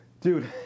dude